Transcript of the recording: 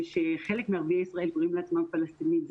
ושחלק מערביי ישראל קוראים לעצמם פלסטינים,